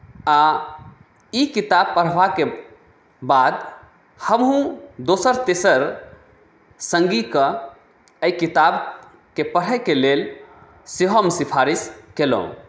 आ ई किताब पढ़बाक बाद हमहूँ दोसर तेसर सङ्गीकेँ एहि किताबकेँ पढ़यके लेल सेहो हम सिफारिश केलहुँ